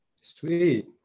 sweet